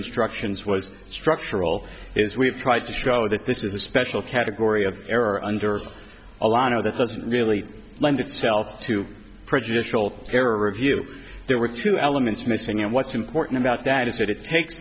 instructions was structural is we've tried to show that this is a special category of error under the law no that doesn't really lend itself to prejudicial error of you there were two elements missing and what's important about that is that it takes